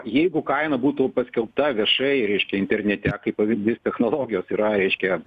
jeigu kaina būtų paskelbta viešai reiškia internete kaip pavyzdys technologijos yra reiškia